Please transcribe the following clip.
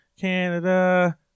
Canada